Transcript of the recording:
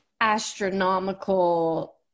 astronomical